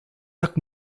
tak